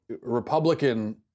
Republican